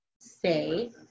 Say